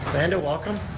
amanda, welcome.